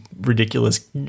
ridiculous